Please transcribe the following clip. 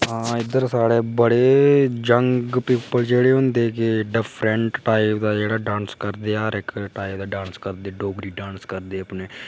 हा इद्धर साढ़े बड़े यंग पीपल जेह्ड़े होंदे की डिफरेंट टाइप दा जेह्ड़ा डांस करदे हर इक टाइप दा डांस करदे डोगरी डांस करदे अपने